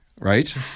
right